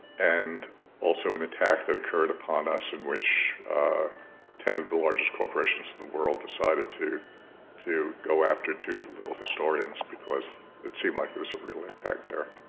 and also an attack that occurred upon us in which ten of the largest corporations in the world decided to to go after two little historians because it seemed like there was a real impact there